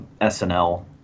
SNL